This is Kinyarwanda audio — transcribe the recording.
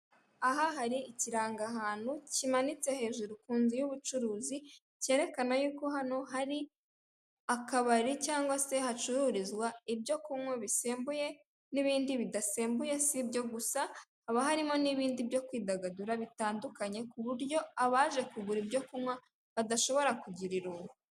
Aha hari ikirangahantu kimanitse hejuru ku nzu y'ubucuruzi cyerekana yuko hano hari akabari cyangwa se hacururizwa ibyo kunywa bisembuye n'ibindi bidasembuye, si ibyo gusa haba harimo n'ibindi byo kwidagadura bitandukanye ku buryo abaje kugura ibyo kunywa badashobora kugira irungu.